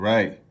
Right